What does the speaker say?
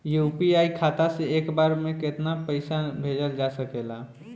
UPI खाता से एक बार म केतना पईसा भेजल जा सकेला?